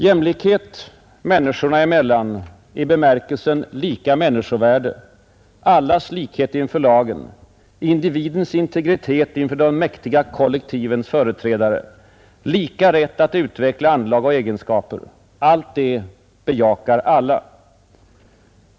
Jämlikhet människorna emellan i bemärkelsen lika människovärde, allas likhet inför lagen, individens integritet inför de mäktiga kollektivens företrädare, lika rätt att utveckla anlag och egenskaper — allt detta bejakar alla.